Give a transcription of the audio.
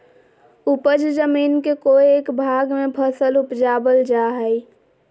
उपज जमीन के कोय एक भाग में फसल उपजाबल जा हइ